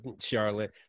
charlotte